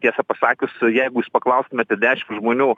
tiesą pasakius jeigu jūs paklaustumėte dešim žmonių